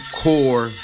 core